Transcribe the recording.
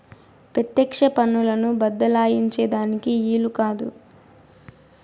పెత్యెక్ష పన్నులను బద్దలాయించే దానికి ఈలు కాదు